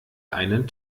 einen